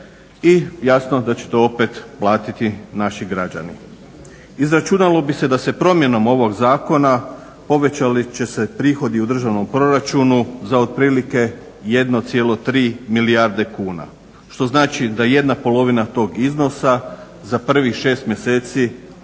i jasno je da će to opet platiti naši građani. Izračunalo bi se da se promjenom ovog zakona povećat će se prihodi u državnom proračunu za otprilike 1,3 milijarde kuna što znači da jedna polovina tog iznosa za prvih 6 mjeseci